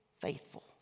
faithful